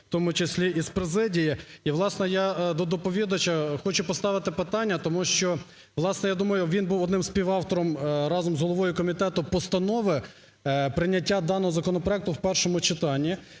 в тому числі і з президії. І, власне, я до доповідача хочу поставити питання, тому що, власне, я думаю, він був одним з співавторів разом з головою комітету постанови прийняття даного законопроекту в першому читанні,